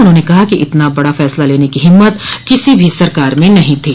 उन्होंने कहा कि इतना बड़ा फैसला लेने की हिम्मत किसी भी सरकार में नहीं थी